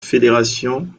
fédération